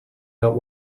out